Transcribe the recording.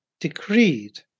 decreed